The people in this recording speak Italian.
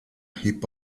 hip